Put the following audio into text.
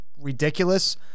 ridiculous